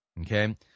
Okay